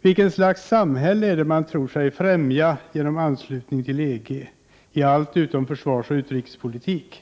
Vilket slags samhälle är det de tror sig främja genom anslutning till EG i allt utom försvarsoch utrikespolitik?